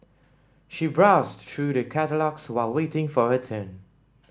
she browsed through the catalogues while waiting for her turn